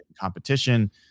competition